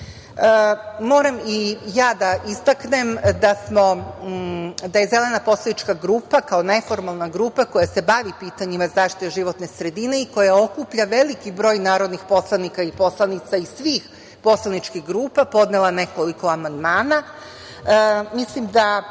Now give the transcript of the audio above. i ja da istaknem da je Zelena poslanička grupa, kao neformalna grupa koja se bavi pitanjima zaštite životne sredine i koja okuplja veliki broj narodnih poslanika i poslanica iz svih poslaničkih grupa, podnela nekoliko amandmana.